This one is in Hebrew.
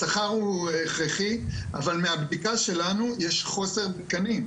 השכר הוא הכרחי, אבל מהבדיקה שלנו יש חוסר בתקנים.